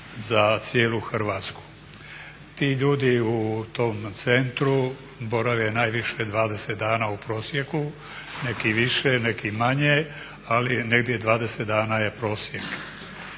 za cijelu Hrvatsku. Ti ljudi u tom centru borave najviše 20 dana u prosjeku, neki više, neki manje ali negdje 20 dana je prosjek.